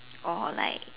or like